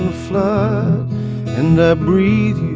fluff and breathe.